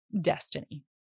destiny